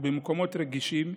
ומקומות רגישים,